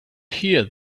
here